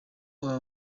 aba